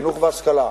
חינוך והשכלה.